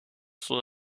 son